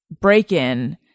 break-in